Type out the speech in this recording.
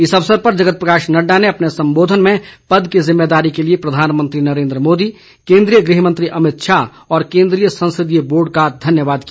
इस अवसर पर जगत प्रकाश नड़डा ने अपने संबोधन में पद की जिम्मेदारी के लिए प्रधानमंत्री नरेन्द्र मोदी केंद्रीय गृह मंत्री अमितशाह और केंद्रीय संसदीय बोर्ड का धन्यवाद किया